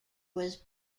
was